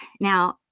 Now